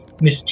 Miss